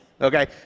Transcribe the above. Okay